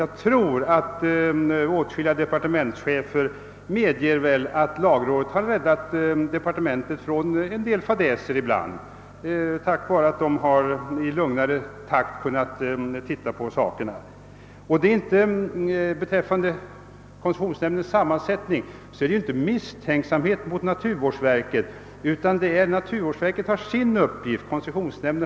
Jag tror också att åtskilliga departementschefer måste medge att lagrådet räddat deras departement från en del fadäser genom att lagrådet i lugnare takt och med sin särskilda sakkunskap kunnat granska frågorna. Förslaget om koncessionsnämndens sammansättning innebär inte heller någon misstänksamhet mot naturvårdsverket. Koncessionsnämnden och naturvårdsverket har var och en sina uppgifter.